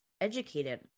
educated